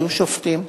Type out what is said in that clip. היו שופטים.